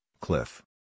Cliff